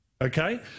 Okay